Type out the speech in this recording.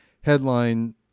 headline